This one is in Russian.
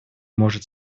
может